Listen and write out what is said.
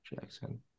jackson